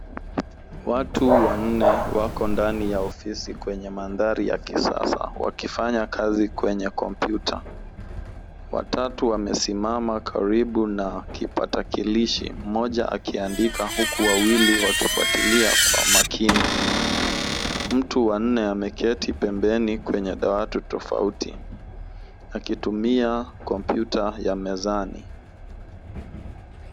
Watu wanne wako ndani ya ofisi kwenye mandhari ya kisasa wakifanya kazi kwenye komputa. Watatu wamesimama karibu na kipakatalishi mmoja akiandika huku wawili wakifuatilia kwa makini ,mtu wa nne ameketi pembeni kwenye dawati tofauti akitumia komputa ya mezani.